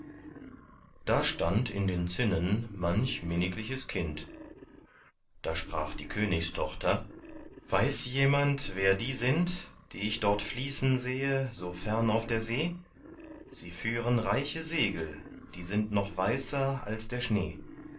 da stand in den zinnen manch minnigliches kind da sprach die königstochter weiß jemand wer die sind die ich dort fließen sehe so fern auf der see sie führen reiche segel die sind noch weißer als der schnee